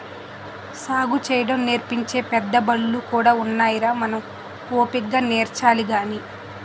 సాగుసేయడం నేర్పించే పెద్దబళ్ళు కూడా ఉన్నాయిరా మనం ఓపిగ్గా నేర్చాలి గాని